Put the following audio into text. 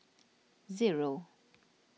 zero